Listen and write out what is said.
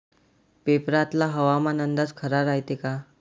पेपरातला हवामान अंदाज खरा रायते का?